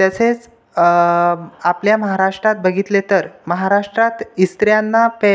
तसेच आपल्या महाराष्ट्रात बघितले तर महाराष्ट्रात स्त्रियांना पे